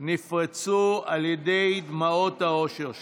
נפרצו על ידי דמעות האושר שלו.